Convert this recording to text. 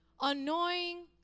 Annoying